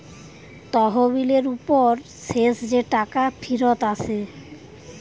তহবিলের উপর শেষ যে টাকা ফিরত আসে